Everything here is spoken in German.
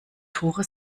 tore